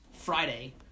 Friday